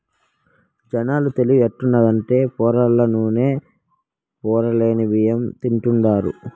జనాల తెలివి ఎట్టుండాదంటే పొరల్ల నూనె, పొరలేని బియ్యం తింటాండారు